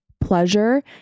pleasure